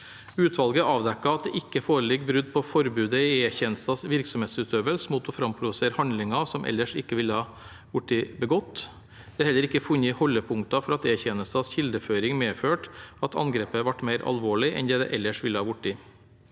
Utvalget avdekket at det ikke foreligger brudd på forbudet i E-tjenestens virksomhetsutøvelse mot å framprovosere handlinger som ellers ikke ville ha blitt begått. Det er heller ikke funnet holdepunkter for at E-tjenestens kildeføring medførte at angrepet ble mer alvorlig enn det ellers ville ha blitt.